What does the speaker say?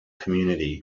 community